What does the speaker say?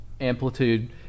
amplitude